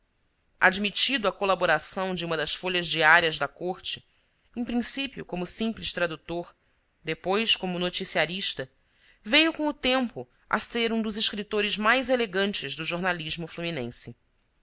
admitido à colaboração de uma das folhas diárias da corte em princípio como simples tradutor depois como noticiarista veio com o tempo a ser um dos escritores mais elegantes do jornalismo fluminense